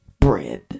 bread